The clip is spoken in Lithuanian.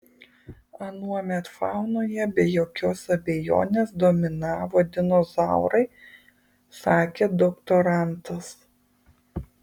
anuomet faunoje be jokios abejonės dominavo dinozaurai sakė doktorantas